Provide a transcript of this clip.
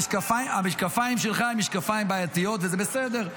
המשקפיים שלך הם משקפיים בעייתיים, וזה בסדר.